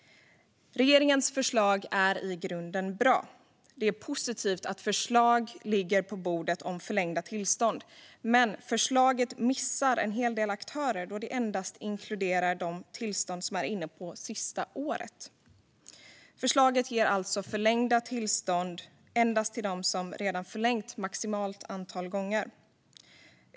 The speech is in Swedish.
Regeringens förslag är i grunden bra. Det är positivt att förslag om förlängda tillstånd ligger på bordet. Men förslaget missar en hel del aktörer, då det endast inkluderar de tillstånd som är inne på det sista året. Förslaget ger alltså förlängda tillstånd endast till dem som redan fått sina tillstånd förlängda maximalt antal gånger.